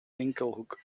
winkelhoek